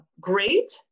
great